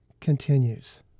continues